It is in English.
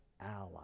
ally